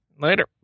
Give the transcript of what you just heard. Later